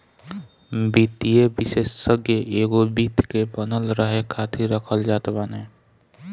वित्तीय विषेशज्ञ एगो वित्त के बनल रहे खातिर रखल जात बाने